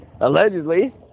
allegedly